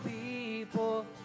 people